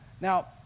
Now